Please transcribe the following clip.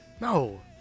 No